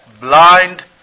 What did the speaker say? blind